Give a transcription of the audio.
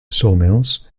sawmills